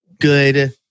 good